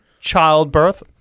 childbirth